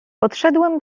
podszedłem